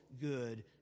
good